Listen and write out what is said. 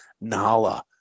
Nala